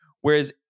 Whereas